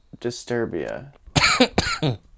Disturbia